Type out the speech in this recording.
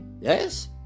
Yes